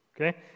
Okay